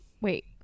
Wait